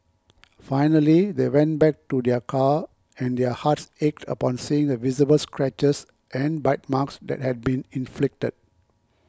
finally they went back to their car and their hearts ached upon seeing the visible scratches and bite marks that had been inflicted